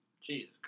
Jesus